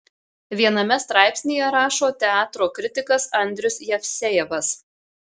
viename straipsnyje rašo teatro kritikas andrius jevsejevas